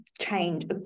change